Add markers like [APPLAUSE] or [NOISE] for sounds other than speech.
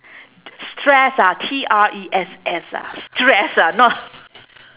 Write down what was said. stress ah T R E S S ah stress ah not [LAUGHS]